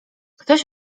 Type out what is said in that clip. ktoś